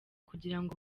kugirango